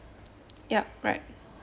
yup right